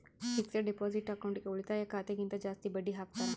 fixed deposit ಅಕೌಂಟ್ಗೆ ಉಳಿತಾಯ ಖಾತೆ ಗಿಂತ ಜಾಸ್ತಿ ಬಡ್ಡಿ ಹಾಕ್ತಾರ